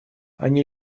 они